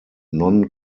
non